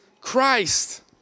Christ